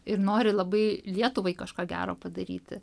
ir nori labai lietuvai kažką gero padaryti